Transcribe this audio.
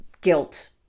guilt